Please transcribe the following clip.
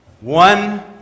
One